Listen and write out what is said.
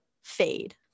fade